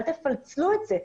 אל תפצלו את זה.